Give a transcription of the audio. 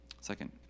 Second